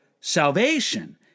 salvation